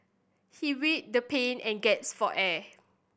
he the pain and gasped for air